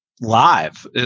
live